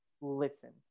Listen